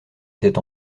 étaient